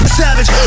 savage